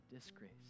disgrace